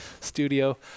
studio